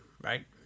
right